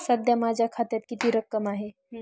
सध्या माझ्या खात्यात किती रक्कम आहे?